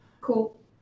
Cool